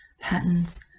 patterns